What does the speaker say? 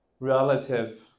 relative